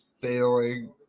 failing